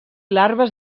larves